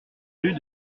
rue